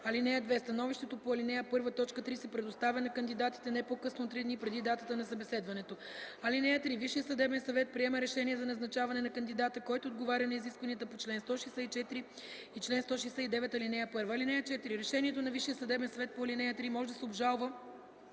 (2) Становището по ал. 1, т. 3 се предоставя на кандидатите не по-късно от три дни преди датата на събеседването. (3) Висшият съдебен съвет приема решение за назначаване на кандидата, който отговаря на изискванията по чл. 164 и чл. 169, ал. 1. (4) Решението на Висшия съдебен съвет по ал. 3 може да се обжалва